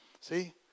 See